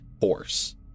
horse